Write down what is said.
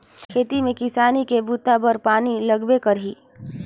खेत में किसानी के बूता बर पानी लगबे करही